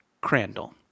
Crandall